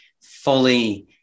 fully